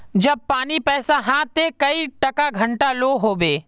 जब पानी पैसा हाँ ते कई टका घंटा लो होबे?